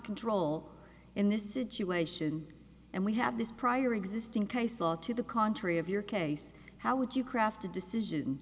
control in this situation and we have this prior existing case law to the contrary of your case how would you craft a decision